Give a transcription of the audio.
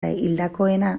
hildakoena